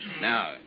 Now